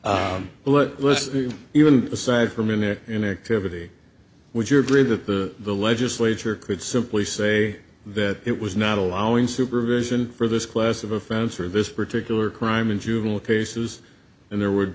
was even aside from in there in america over there would you agree that the the legislature could simply say that it was not allowing supervision for this class of offense or this particular crime in juvenile cases and there would